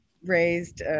raised